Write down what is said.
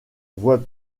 vois